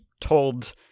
told